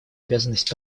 обязанность